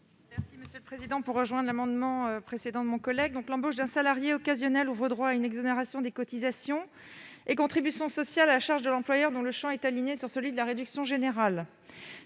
pour présenter l'amendement n° 693 rectifié . L'embauche d'un salarié occasionnel ouvre droit à une exonération des cotisations et contributions sociales à la charge de l'employeur dont le champ est aligné sur celui de la réduction générale.